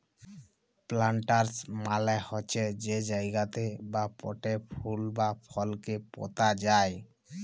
planters মালে হছে যে জায়গাতে বা পটে ফুল বা ফলকে পুঁতা যায়